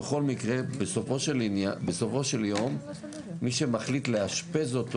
בכל מקרה בסופו של יום מי שמחליט לאשפז אותו